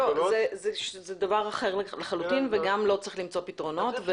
זה דבר אחר לחלוטין וגם לו צריך למצוא פתרונות.